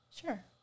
Sure